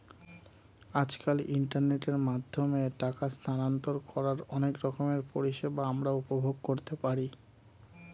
আজকাল ইন্টারনেটের মাধ্যমে টাকা স্থানান্তর করার অনেক রকমের পরিষেবা আমরা উপভোগ করতে পারি